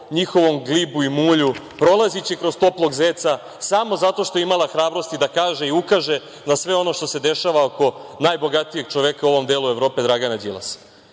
njihovom glibu i mulju, prolaziće kroz toplog zeca, samo zato što je imala hrabrosti da kaže i ukaže na sve ono što se dešava oko najbogatijeg čoveka u ovom delu Evrope, Dragana Đilasa. Ja